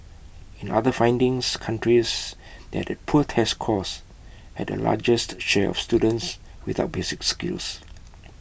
in other findings countries that had poor test scores had the largest share of students without basic skills